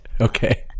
Okay